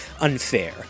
unfair